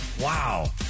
Wow